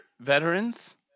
Veterans